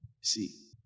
See